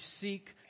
seek